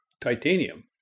titanium